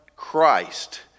christ